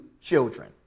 children